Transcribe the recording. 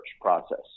process